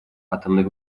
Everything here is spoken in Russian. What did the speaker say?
атомных